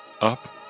up